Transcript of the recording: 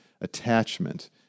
attachment